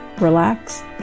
relax